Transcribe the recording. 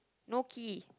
no key